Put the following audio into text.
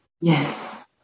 Yes